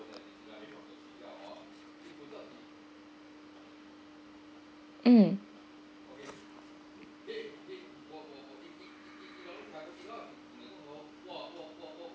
hmm